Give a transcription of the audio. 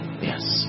Yes